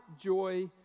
joy